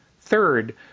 Third